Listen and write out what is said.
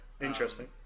interesting